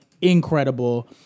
incredible